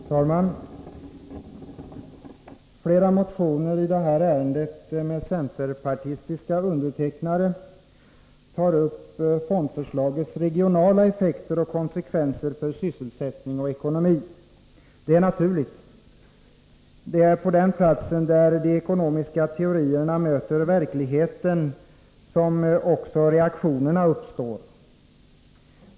Herr talman! Flera motioner i det här ärendet med centerpartistiska undertecknare tar upp fondförslagets regionala effekter och konsekvenser för sysselsättning och ekonomi. Det är naturligt. Det är på den plats där de ekonomiska teorierna möter verkligheten som också reaktionerna uppstår.